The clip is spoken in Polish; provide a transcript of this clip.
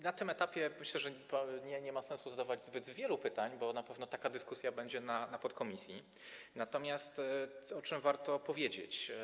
Na tym etapie, myślę, że nie ma sensu zadawać zbyt wielu pytań, bo na pewno taka dyskusja będzie na posiedzeniu podkomisji, natomiast o czym warto powiedzieć.